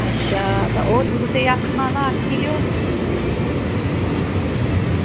अच्छा तां होर बी कुसै गी आक्खना तां आक्खी लैओ